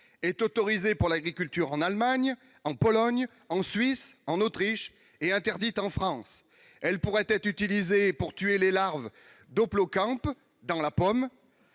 est autorisée pour l'agriculture en Allemagne, Pologne, Suisse et Autriche, mais interdite en France ! Elle pourrait être utilisée pour tuer les larves d'hoplocampe dans la pomme,